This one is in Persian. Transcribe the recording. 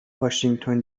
واشینگتن